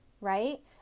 right